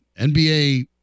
NBA